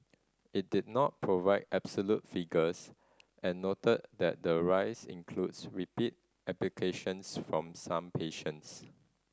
it did not provide absolute figures and noted that the rise includes repeat applications from some patients